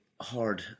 hard